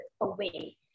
away